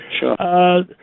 Sure